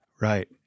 Right